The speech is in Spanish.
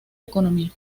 economía